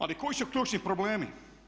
Ali koji su ključni problemi?